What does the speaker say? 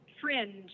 fringe